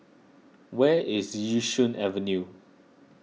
where is Yishun Avenue